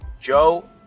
Joe